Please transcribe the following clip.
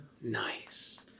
Nice